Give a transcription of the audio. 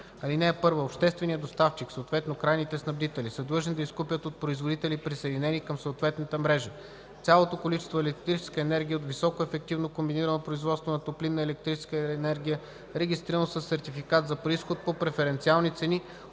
така: „(1) Общественият доставчик, съответно крайните снабдители, са длъжни да изкупят от производители, присъединени към съответната мрежа, цялото количество електрическа енергия от високоефективно комбинирано производство на топлинна и електрическа енергия, регистрирано със сертификат за произход, по преференциални цени,